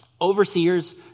overseers